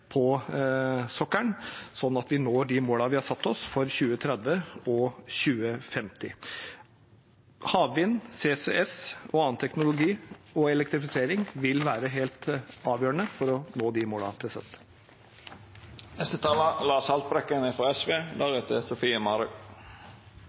på sokkelen, slik at vi når de målene vi har satt oss for 2030 og 2050. Havvind, CCS, annen teknologi og elektrifisering vil være helt avgjørende for å nå de